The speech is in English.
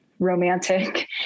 romantic